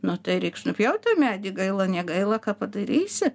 nu tai reiks nupjaut tą medį gaila negaila ką padarysi